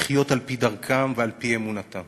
לחיות על-פי דרכם ועל-פי אמונתם,